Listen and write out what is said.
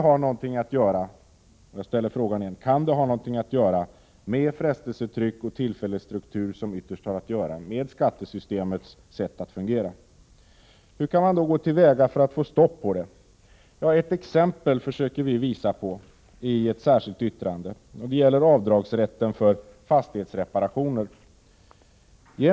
Jag ställer frågan: Kan det ha någonting att göra med att frestelsetryck och tillfällesstruktur ytterst beror på skattesystemets sätt att fungera? Hur bör man då gå till väga för att få ett stopp på detta? I vårt särskilda yttrande pekar vi på ett exempel. Det gäller avdragsrätten för fastighetsreparationer.